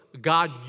God